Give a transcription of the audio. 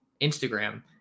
Instagram